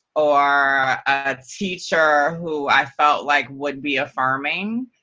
or a teacher who i felt like would be affirming.